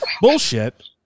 bullshit